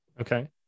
Okay